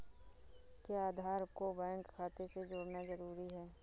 क्या आधार को बैंक खाते से जोड़ना जरूरी है?